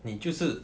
你就是